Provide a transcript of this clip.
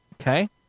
Okay